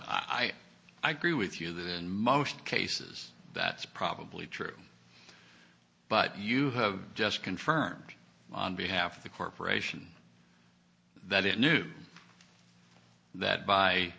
misses i agree with you the most cases that's probably true but you have just confirmed on behalf of the corporation that it knew that by